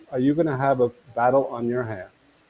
are you going to have a battle on your hands,